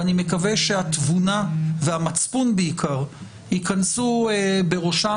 אני מקווה שהתבונה והמצפון בעיקר ייכנסו בראשם